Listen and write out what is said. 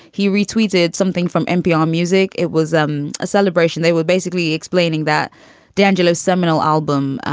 he retweeted something from npr music. it was um a celebration. they were basically explaining that d'angelo's seminal album,